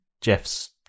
Jeff's